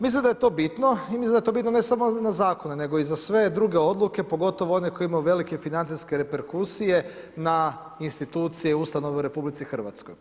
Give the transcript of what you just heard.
Mislim da je to bitno i mislim da je to bitno ne samo na zakone, nego i na sve druge odluke, pogotovo one koje imaju velike financijske reperkusije, na institucije, ustanove u Republici Hrvatskoj.